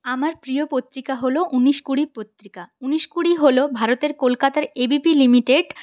আমার প্রিয় পত্রিকা হল উনিশ কুড়ি পত্রিকা উনিশ কুড়ি হল ভারতের কলকাতার এবিপি লিমিটেড